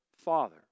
Father